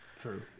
True